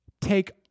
Take